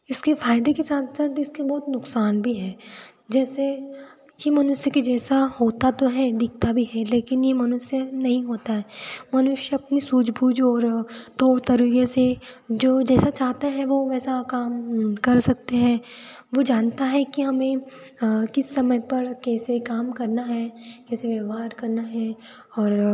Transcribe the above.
इसके फायदे के साथ साथ इसके बहुत नुकसान भी है जैसे ये मनुष्य के जैसा होता तो है दिखता भी है लेकिन ये मनुष्य नहीं होता है मनुष्य अपनी सूझबूझ और तौर तरीके से जो जैसा चाहता है वो वैसा काम कर सकते हैं वो जानता है कि हमें किस समय पर कैसे काम करना है कैसे व्यवहार करना है और